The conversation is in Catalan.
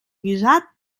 guisat